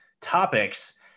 topics